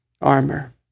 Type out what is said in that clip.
armor